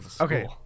Okay